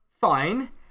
Fine